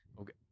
Okay